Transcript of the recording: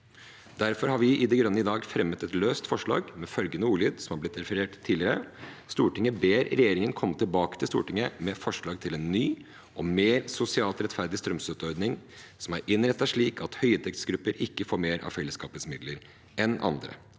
Derfor har vi i Miljøpartiet De Grønne i dag fremmet et løst forslag med følgende ordlyd, som har blitt referert til tidligere: «Stortinget ber regjeringen komme tilbake til Stortinget med forslag til en ny og mer sosialt rettferdig strømstøtteordning som er innrettet slik at høyinntektsgrupper ikke mottar mer av felleskapets midler enn andre.»